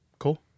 Cool